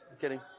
Kidding